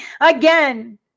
again